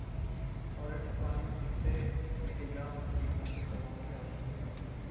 सौ लीटर पानी में कितने मिलीग्राम कीटनाशक दवाओं की आवश्यकता पड़ती है?